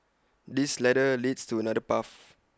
this ladder leads to another path